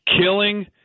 killing